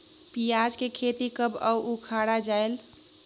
पियाज के खेती कब अउ उखाड़ा जायेल?